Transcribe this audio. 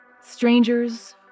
Strangers